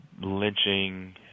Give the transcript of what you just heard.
lynching